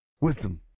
wisdom